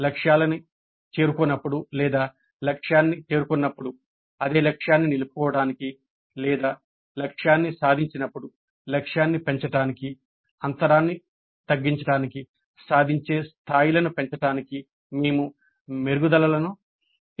లక్ష్యాలను చేరుకో నప్పుడు లేదా లక్ష్యాన్ని చేరుకున్నప్పుడు అదే లక్ష్యాన్ని నిలుపుకోవటానికి లేదా లక్ష్యాన్ని సాధించినప్పుడు లక్ష్యాన్ని పెంచడానికి అంతరాన్ని తగ్గించడానికి సాధించే స్థాయిలను పెంచడానికి మేము మెరుగుదలలను ప్లాన్ చేస్తాము